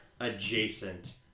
adjacent